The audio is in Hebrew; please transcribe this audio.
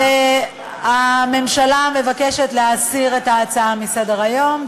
הממשלה מבקשת להסיר את ההצעה מסדר-היום.